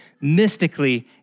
mystically